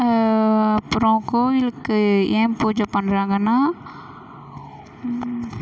அப்புறம் கோவிலுக்கு ஏன் பூஜை பண்ணுறாங்கன்னா